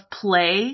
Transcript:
play